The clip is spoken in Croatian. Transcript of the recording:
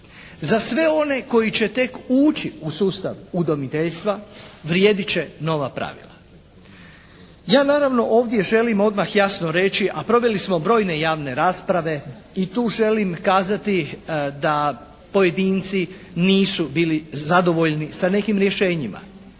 Za sve one koji će tek ući u sustav udomiteljstva vrijedit će nova pravila. Ja naravno ovdje želim odmah jasno reći, a proveli smo brojne i javne rasprave, i tu želim kazati da pojedinci nisu bili zadovoljni sa nekim rješenjima.